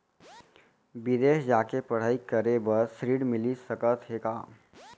बिदेस जाके पढ़ई करे बर ऋण मिलिस सकत हे का?